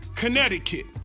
Connecticut